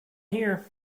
here